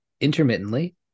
intermittently